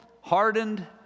hardened